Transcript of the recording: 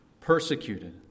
persecuted